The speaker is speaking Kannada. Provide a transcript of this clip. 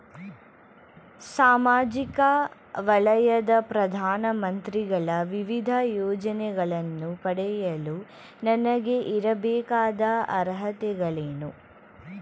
ಸಾಮಾಜಿಕ ವಲಯದ ಪ್ರಧಾನ ಮಂತ್ರಿಗಳ ವಿವಿಧ ಯೋಜನೆಗಳನ್ನು ಪಡೆಯಲು ನನಗೆ ಇರಬೇಕಾದ ಅರ್ಹತೆಗಳೇನು?